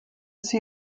see